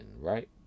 right